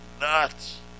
Nuts